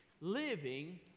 Living